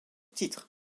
titre